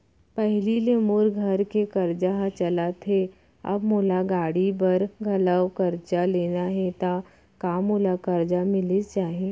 पहिली ले मोर घर के करजा ह चलत हे, अब मोला गाड़ी बर घलव करजा लेना हे ता का मोला करजा मिलिस जाही?